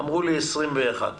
אמרו לי: יהיו 21 חברים.